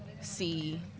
see